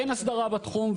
אין הסדרה בתחום,